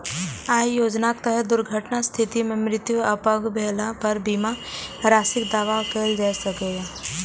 अय योजनाक तहत दुर्घटनाक स्थिति मे मृत्यु आ अपंग भेला पर बीमा राशिक दावा कैल जा सकैए